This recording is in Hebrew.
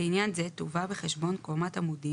לעניין זה תובא בחשבון קומת עמודים,